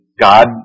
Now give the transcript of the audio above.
God